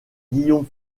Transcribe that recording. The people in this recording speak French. guillaume